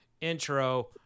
intro